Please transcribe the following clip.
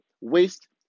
waste